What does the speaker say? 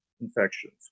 infections